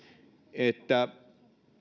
että